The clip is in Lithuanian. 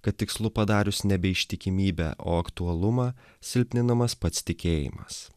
kad tikslu padarius nebe ištikimybę o aktualumą silpninamas pats tikėjimas